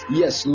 yes